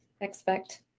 expect